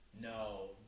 no